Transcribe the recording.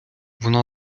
вона